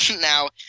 Now